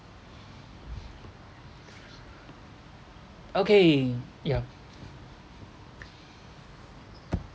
okay ya